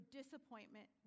disappointment